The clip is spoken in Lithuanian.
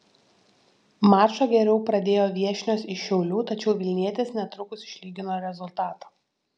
mačą geriau pradėjo viešnios iš šiaulių tačiau vilnietės netrukus išlygino rezultatą